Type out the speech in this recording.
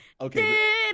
Okay